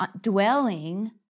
dwelling